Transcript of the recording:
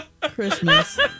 Christmas